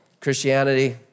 Christianity